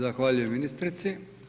Zahvaljujem ministrici.